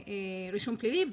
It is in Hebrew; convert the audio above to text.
ורישום פלילי.